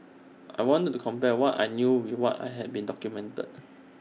I wanted to compare what I knew with what I had been documented